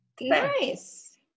Nice